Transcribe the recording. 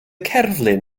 cerflun